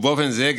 ובאופן זהה,